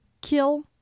kill